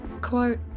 Quote